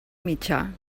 mitjà